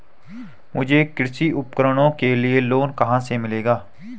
मुझे कृषि उपकरणों के लिए लोन कहाँ से मिलेगा?